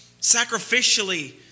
sacrificially